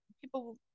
people